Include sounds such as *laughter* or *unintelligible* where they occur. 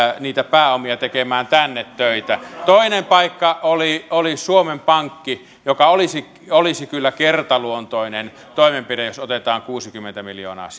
niitä pääomia tekemään tänne töitä toinen paikka oli oli suomen pankki ja olisi kyllä kertaluontoinen toimenpide jos otetaan kuusikymmentä miljoonaa *unintelligible*